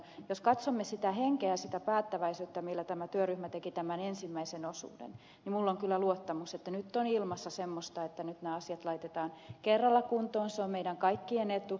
jos katsomme sitä henkeä ja sitä päättäväisyyttä millä tämä työryhmä teki tämän ensimmäisen osuuden niin minulla on kyllä luottamus että nyt on ilmassa semmoista henkeä että nyt nämä asiat laitetaan kerralla kuntoon se on meidän kaikkien etu